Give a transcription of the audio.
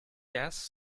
ass